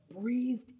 breathed